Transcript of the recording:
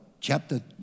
chapter